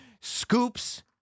scoops